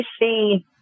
see